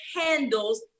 handles